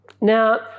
Now